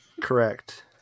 correct